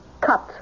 Cut